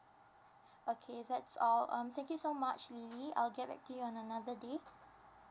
okay that's all um thank you so much lily I'll get back to you on another day